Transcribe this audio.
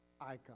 icon